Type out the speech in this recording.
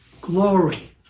glory